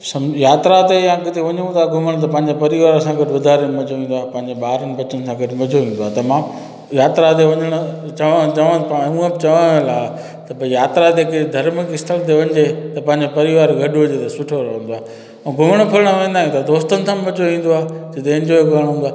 समुझ यात्रा ते या किथे वञूं था घुमणु त पंहिंजो परिवार सां गॾु वधारे में मज़ो ईंदो आहे पंहिंजे ॿारनि बचनि सां गॾु मज़ो ईंदो आहे तमामु यात्रा ते वञणु चव चव चवण लाइ त भई यात्रा ते किथे धर्म स्थल ते वञे त पंहिंजे परिवार गॾु वञिजे त सुठो रहंदो आहे ऐं घुमण फिरण वेंदा आहियूं त दोस्तनि में मज़ो ईंदो आहे जिते इंजॉय करणु हूंदो आहे